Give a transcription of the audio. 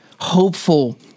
hopeful